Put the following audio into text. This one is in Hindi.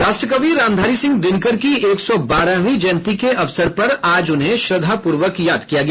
राष्ट्र कवि रामधारी सिंह दिनकर की एक सौ बारहवीं जयंती के अवसर पर आज उन्हें श्रद्धापूर्वक याद किया गया